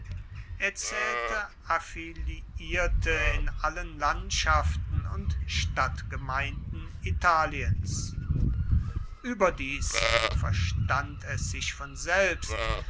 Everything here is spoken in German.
zählte affiliierte in allen landschaften und stadtgemeinden italiens überdies verstand es sich von selbst